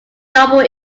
double